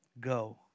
Go